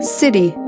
city